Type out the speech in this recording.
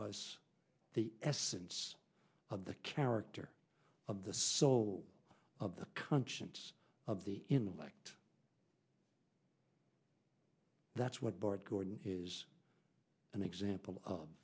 us the essence of the character of the soul of the conscience of the intellect that's what bart gordon is an example